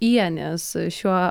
ienės šiuo